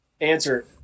Answer